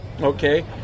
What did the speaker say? Okay